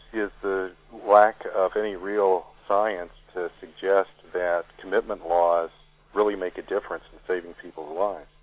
is the lack of any real science to suggest that commitment laws really make a difference in saving people's lives.